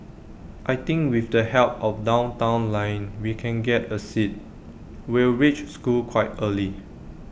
I think with the help of downtown line we can get A seat we'll reach school quite early